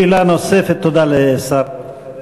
תודה לשר הרווחה